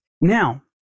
Now